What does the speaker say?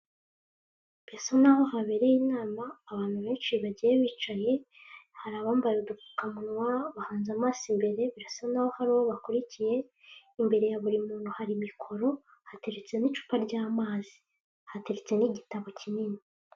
Birasa naho habereye inama, abantu benshi bagiye bicaye, hari abambaye udupfukamunwa bahanze amaso imbere, birasa naho hari uwo bakurikiye, imbere ya buri muntu hari mikoro, hateretse n'icupa ry'amazi, hateretse n'igitabo kinini.